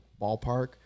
ballpark